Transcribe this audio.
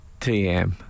TM